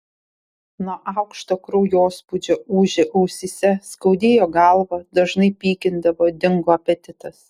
nuo aukšto kraujospūdžio ūžė ausyse skaudėjo galvą dažnai pykindavo dingo apetitas